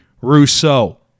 Rousseau